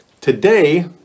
Today